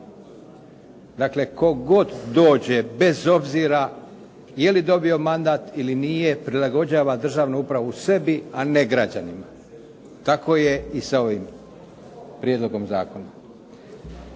Dakle, tko god dođe bez obzira je li dobio mandat ili nije prilagođava državnu upravu sebi, a ne građanima. Tako je i sa ovim prijedlogom zakona.